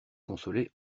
consoler